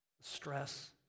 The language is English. stress